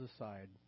aside